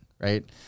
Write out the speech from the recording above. right